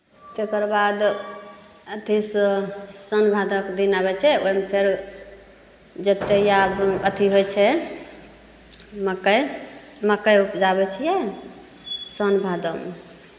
तेकर बाद अथी स सौन भादोके दिन अबै छै ओहिमे फेर जेत्तैइ आब अथी होइ छै मकइ मकइ उपजाबै छियैन सावन भादोमे